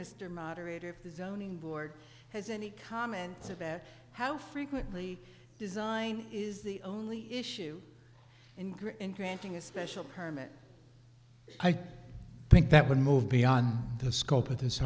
mr moderator if the zoning board has any comments about how frequently design is the only issue in granting a special permit think that would move beyond the scope of this